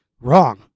wrong